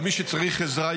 אבל מי שצריך עזרה,